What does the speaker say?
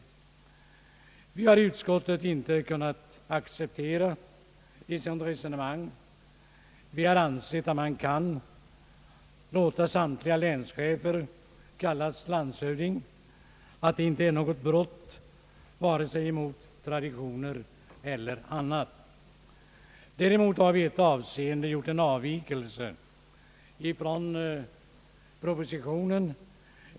Inom utskottet har vi inte kunnat acceptera ett sådant resonemang. Vi har ansett att man kan låta samtliga länschefer kallas landshövding; att det inte är något brott vare sig mot traditioner eller något annat. Däremot har vi i ett avseende gjort en avvikelse från propositionen.